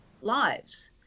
lives